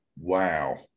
wow